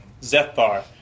Zethar